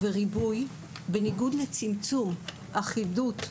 בניגוד לצמצום אחידות ואיסורים,